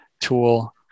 tool